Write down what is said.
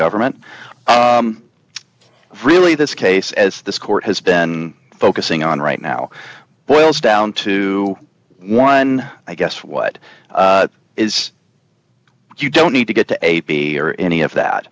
government really this case as this court has been focusing on right now boils down to one i guess what is you don't need to get to a p or any of